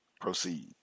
proceed